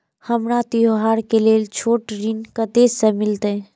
हमरा त्योहार के लेल छोट ऋण कते से मिलते?